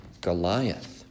Goliath